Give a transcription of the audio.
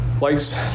likes